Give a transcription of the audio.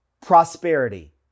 prosperity